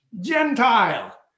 Gentile